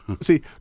See